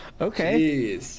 Okay